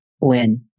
win